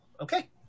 Okay